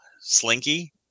slinky